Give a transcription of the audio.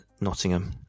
Nottingham